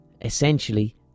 essentially